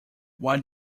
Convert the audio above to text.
what